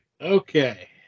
Okay